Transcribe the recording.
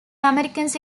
americans